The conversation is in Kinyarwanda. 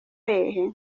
hehe